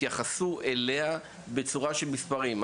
תתייחסו אליה בצורה של מספרים.